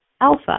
alpha